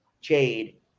Jade